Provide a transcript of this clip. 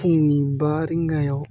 फुंनि बा रिंगायाव